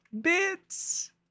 bits